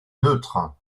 neutre